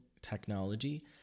Technology